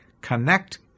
Connect